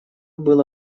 было